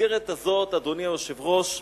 אדוני היושב-ראש,